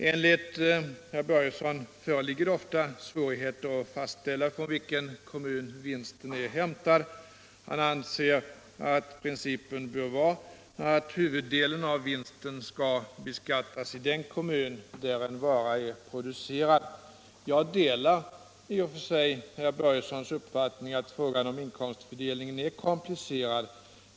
Enligt herr Börjesson föreligger det ofta svårigheter att fastställa från vilken kommun vinsten är hämtad. Han anser att principen bör vara att huvuddelen av vinsten skall beskattas i den kommun där en vara är producerad. Jag delar i och för sig herr Börjessons uppfattning att frågan om inkomstfördelningen är komplicerad.